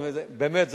באמת,